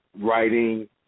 writing